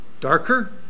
Darker